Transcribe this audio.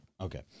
Okay